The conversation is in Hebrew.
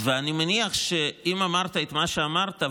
אני מניח שאם אמרת את מה שאמרת,